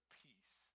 peace